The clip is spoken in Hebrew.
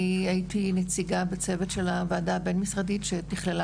אני הייתי נציגה בצוות של הוועדה הבין-משרדית שתכללה